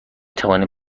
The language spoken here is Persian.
توانیم